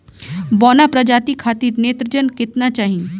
बौना प्रजाति खातिर नेत्रजन केतना चाही?